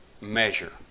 measure